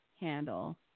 handle